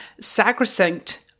sacrosanct